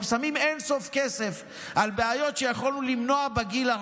אנחנו שמים אין-סוף כסף על בעיות שיכולנו למנוע בגיל הרך.